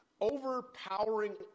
overpowering